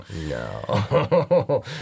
no